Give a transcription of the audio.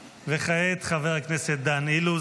וכעת, חבר הכנסת דן אילוז.